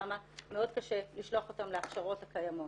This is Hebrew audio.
למה מאוד קשה לשלוח אותן להכשרות הקיימות.